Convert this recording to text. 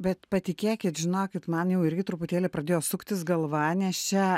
bet patikėkit žinokit man jau irgi truputėlį pradėjo suktis galva nes čia